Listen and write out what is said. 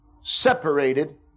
separated